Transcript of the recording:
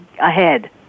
ahead